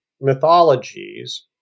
mythologies